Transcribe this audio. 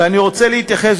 ואני רוצה להתייחס,